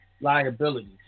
liabilities